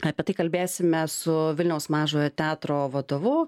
apie tai kalbėsime su vilniaus mažojo teatro vadovu